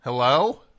Hello